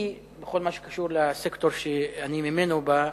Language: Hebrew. לי, בכל מה שקשור לסקטור שממנו אני בא,